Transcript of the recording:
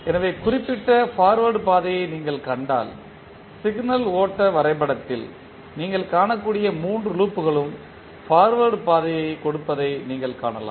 எனவே குறிப்பிட்ட பார்வேர்ட் பாதையை நீங்கள் கண்டால் சிக்னல் ஓட்ட வரைபடத்தில் நீங்கள் காணக்கூடிய மூன்று லூப்களும் பார்வேர்ட் பாதையைத் கொடுப்பதை நீங்கள் காணலாம்